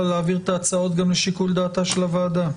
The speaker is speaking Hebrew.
להעביר את ההצעות גם לשיקול דעתה של הוועדה.